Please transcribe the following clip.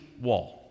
wall